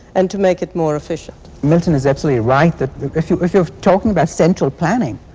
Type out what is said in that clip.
and to make it more efficient. milton is absolutely right that if you're if you're talking about central planning,